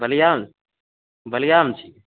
बलियामऽ बलियामऽ छी